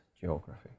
geography